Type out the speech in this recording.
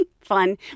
Fun